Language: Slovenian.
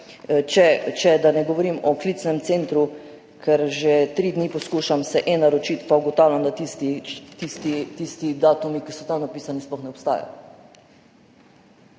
če. Da ne govorim o klicnem centru, kjer se že tri dni poskušam e-naročiti pa ugotavljam, da tisti datumi, ki so tam napisani, sploh ne obstajajo.